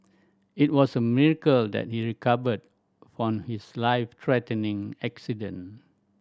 it was a miracle that he recovered from his life threatening accident